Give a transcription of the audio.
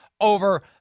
over